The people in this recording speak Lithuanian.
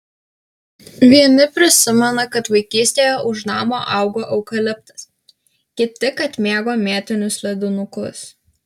vieni prisimena kad vaikystėje už namo augo eukaliptas kiti kad mėgo mėtinius ledinukus